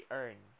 earn